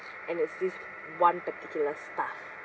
and there's this one particular staff